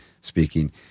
speaking